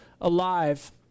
alive